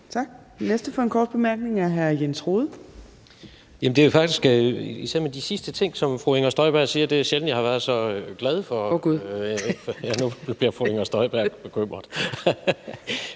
Tak. Den næste for en kort bemærkning er hr. Jens Rohde. Kl. 12:51 Jens Rohde (RV): Ser man på de sidste ting, som fru Inger Støjberg siger, er det sjældent, jeg har været så glad – ja, nu bliver fru Inger Støjberg bekymret